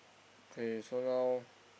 K so now